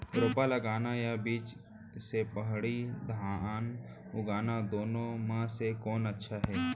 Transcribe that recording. रोपा लगाना या बीज से पड़ही धान उगाना दुनो म से कोन अच्छा हे?